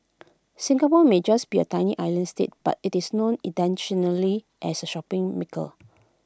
Singapore may just be A tiny island state but IT is known internationally as A shopping mecca